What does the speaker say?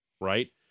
right